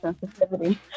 sensitivity